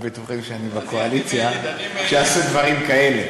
בטוחים שאני בקואליציה כשעשו דברים כאלה.